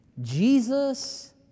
Jesus